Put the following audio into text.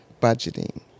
budgeting